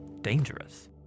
dangerous